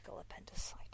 appendicitis